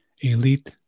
elite